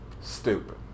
Stupid